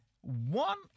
one